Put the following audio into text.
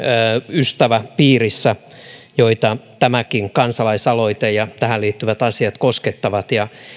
ystäväpiirissä lukuisia perheitä joita tämäkin kansalaisaloite ja tähän liittyvät asiat koskettavat